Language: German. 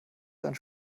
dann